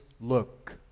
Look